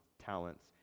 Talents